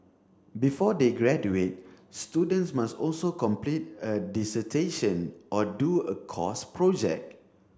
before they graduate students must also complete a dissertation or do a course project